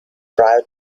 prior